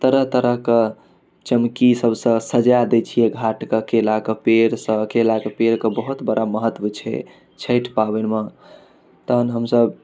तरह तरहके चमकी सबसँ सजा दै छिए घाटके केलाके पेड़सँ केलाके पेड़के बहुत बड़ा महत्व छै छठि पाबनिमे तहन हमसभ